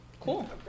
cool